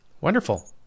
Wonderful